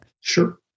Sure